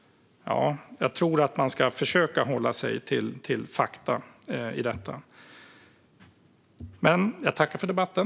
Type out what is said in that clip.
Jag tror att man ska försöka hålla sig till fakta när det gäller detta. Jag tackar för debatten.